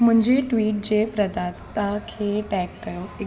मुंहिंजे ट्वीट जे प्रदाता खे टैग कयो